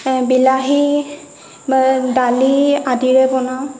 বিলাহী বা ডালি আদিৰে বনাওঁ